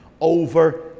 over